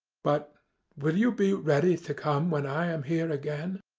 but will you be ready to come when i am here again?